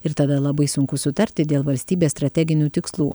ir tada labai sunku sutarti dėl valstybės strateginių tikslų